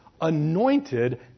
anointed